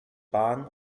bahn